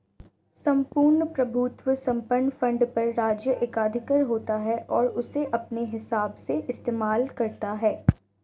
सम्पूर्ण प्रभुत्व संपन्न फंड पर राज्य एकाधिकार होता है और उसे अपने हिसाब से इस्तेमाल करता है